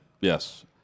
Yes